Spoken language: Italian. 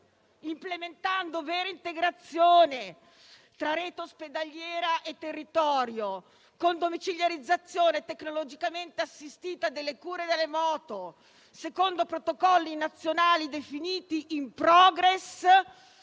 implementando vera integrazione tra rete ospedaliera e territorio, con domiciliarizzazione tecnologicamente assistita delle cure da remoto, secondo protocolli nazionali definiti *in progress*,